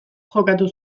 jokatu